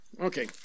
Okay